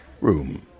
room